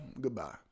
Goodbye